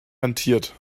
rentiert